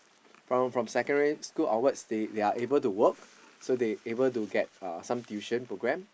from from secondary school onwards they are able to work so they able to get uh some tuition program